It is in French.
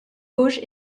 gauche